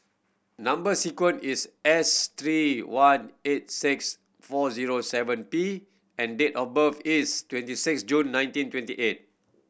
number sequence is S three one eight six four zero seven P and date of birth is twenty six June nineteen twenty eight